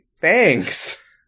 thanks